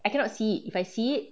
I cannot see it if I see it